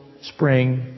spring